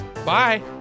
Bye